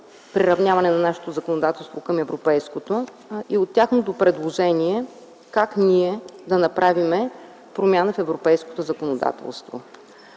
приравняване на нашето законодателство към европейското и от тяхното предложение как ние да направим промяна в европейското законодателство.